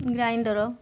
grinder